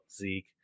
Zeke